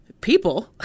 people